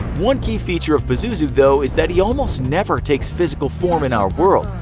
one key feature of pazuzu though is that he almost never takes physical form in our world,